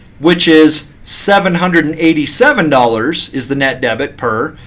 which is seven hundred and eighty seven dollars is the net debit per.